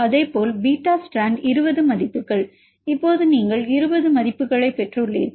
அதேபோல் beta strand 20 மதிப்புகள் இப்போது நீங்கள் 20 மதிப்புகளைப் பெற்றுள்ளீர்கள்